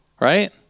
right